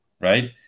right